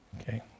Okay